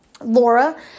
Laura